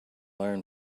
learn